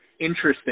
interesting